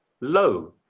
low